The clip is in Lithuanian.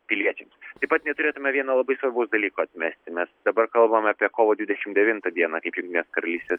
piliečiams taip pat neturėtume vieno labai savo dalyko atmesti mes dabar kalbame apie kovo dvidešim devintą dieną kaip jungtinės karalystės